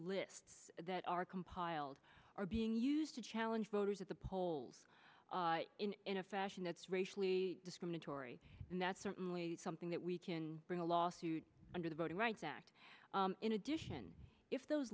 lists that are compiled are being used to challenge voters at the polls in a fashion that's racially discriminatory and that's certainly something that we can bring a lawsuit under the voting rights act in addition if those